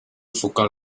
forgot